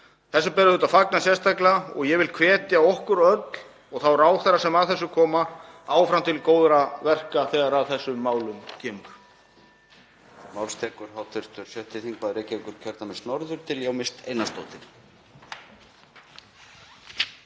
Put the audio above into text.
Því ber auðvitað að fagna sérstaklega og ég vil hvetja okkur öll og þá ráðherra sem að þessu koma áfram til góðra verka þegar að þessum málum kemur.